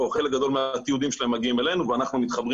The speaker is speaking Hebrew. חלק גדול מהתיעודים שלהם מגיעים אלינו ואנחנו מתחברים